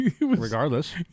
regardless